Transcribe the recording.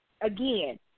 again